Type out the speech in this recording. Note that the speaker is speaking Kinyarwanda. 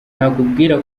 nakubwira